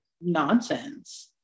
nonsense